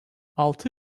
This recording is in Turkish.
altı